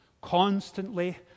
constantly